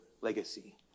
legacy